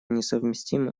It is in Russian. несовместимы